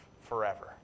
forever